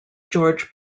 george